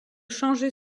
changer